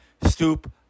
Stoop